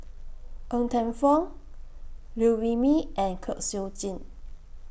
Ng Teng Fong Liew Wee Mee and Kwek Siew Jin